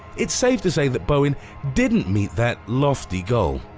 it's safe to say that boeing didn't meet that lofty goal.